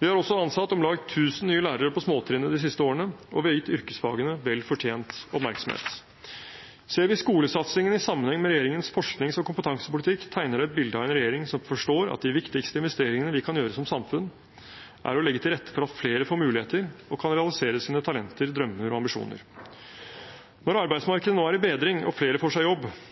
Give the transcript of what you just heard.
Vi har også ansatt om lag 1 000 nye lærere på småtrinnet de siste årene, og vi har gitt yrkesfagene vel fortjent oppmerksomhet. Ser vi skolesatsingen i sammenheng med regjeringens forsknings- og kompetansepolitikk, tegner det et bilde av en regjering som forstår at de viktigste investeringene vi kan gjøre som samfunn, er å legge til rette for at flere får muligheter og kan realisere sine talenter, drømmer og ambisjoner. Når arbeidsmarkedet nå er i bedring og flere får seg jobb,